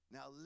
Now